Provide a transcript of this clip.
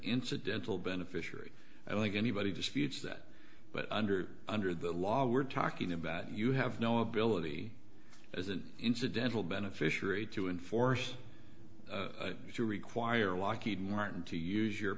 incidental beneficiary i don't think anybody disputes that but under under the law we're talking about you have no ability as an incidental beneficiary to enforce if you require lockheed martin to use your